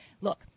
Look